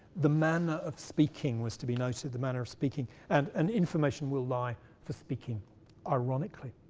the manner of speaking was to be noted, the manner of speaking, and an information will lie for speaking ironically.